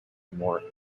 more